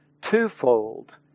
twofold